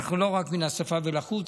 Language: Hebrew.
אנחנו לא רק מן השפה ולחוץ,